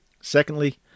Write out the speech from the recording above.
Secondly